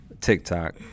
TikTok